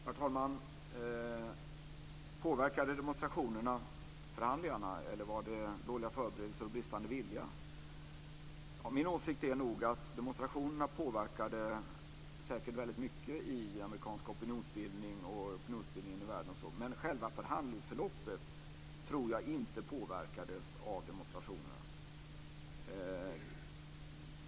Herr talman! Påverkade demonstrationerna förhandlingarna, eller var det dåliga förberedelser och bristande vilja? Min åsikt är nog att demonstrationerna säkert påverkade mycket i amerikansk opinionsbildning och i opinionsbildningen i världen. Men själva förhandlingsförloppet tror jag inte påverkades av demonstrationerna.